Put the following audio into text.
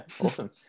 awesome